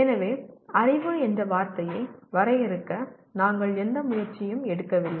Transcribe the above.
எனவே அறிவு என்ற வார்த்தையை வரையறுக்க நாங்கள் எந்த முயற்சியும் எடுக்கவில்லை